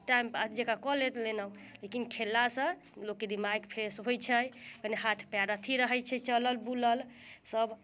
time pass जेना कऽ लेलहुँ लेकिन खेललासँ लोकके दिमाग फ्रेश होइ छै कनी हाथ पयर अथी रहै छै चलल बुलल सब